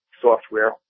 software